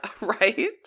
Right